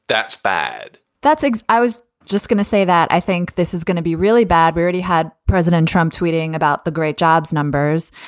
that's bad, that's it i was just going to say that i think this is gonna be really bad. but already had president trump tweeting about the great jobs numbers.